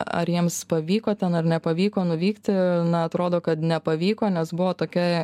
ar jiems pavyko ten ar nepavyko nuvykti na atrodo kad nepavyko nes buvo tokia